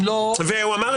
אם לא --- והוא אמר,